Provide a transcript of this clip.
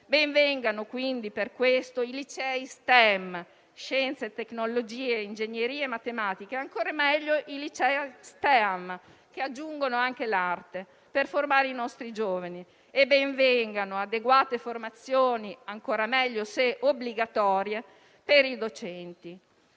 engineering and mathematic* (STEM), ovvero scienze, tecnologie, ingegneria e matematica, ancora meglio i licei STEAM, che aggiungono anche l'arte, per formare i nostri giovani. Ben vengano adeguate formazioni, ancora meglio se obbligatorie, per i docenti.